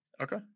Okay